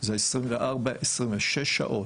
זה 24-26 שעות.